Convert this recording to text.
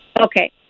Okay